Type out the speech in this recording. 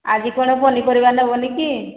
ଆଜି କ'ଣ ପନିପରିବା ନେବନି କି